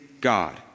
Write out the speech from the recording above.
God